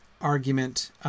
argument